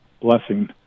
blessing